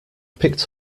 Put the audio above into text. picked